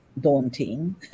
daunting